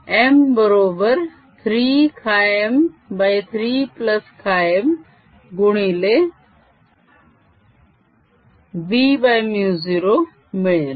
m बरोबर 3 χm 3χm गुणिले bμ0 मिळेल